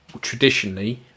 traditionally